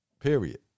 Period